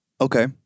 Okay